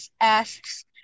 asks